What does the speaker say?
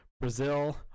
Brazil